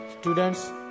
Students